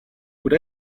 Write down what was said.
would